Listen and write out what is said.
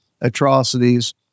atrocities